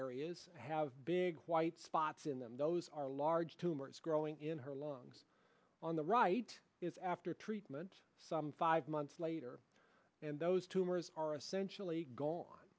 areas have big white spots in them those are large tumors growing in her lungs on the right is after treatment some five months later and those tumors are essentially gone